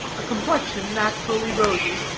a complexion naturally rosy,